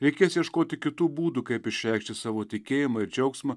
reikės ieškoti kitų būdų kaip išreikšti savo tikėjimą ir džiaugsmą